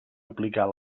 aplicar